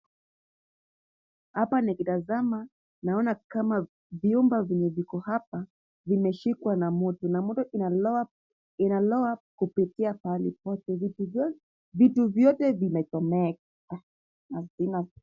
Hapa nikitazama naona kama vyumba vyenye viko hapa vimeshikwa na moto na moto inaloa kupitia pahali pote. Vitu vyote vimechomeka.